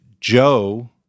Joe